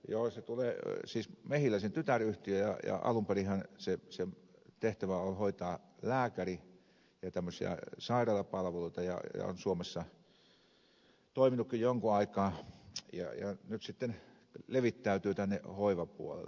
joo se on siis mehiläisen tytäryhtiö ja alunperinhän sen tehtävä oli hoitaa lääkäri ja tämmöisiä sairaalapalveluita ja se on suomessa toiminutkin jonkin aikaa ja nyt sitten levittäytyy tänne hoivapuolelle